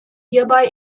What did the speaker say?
hierbei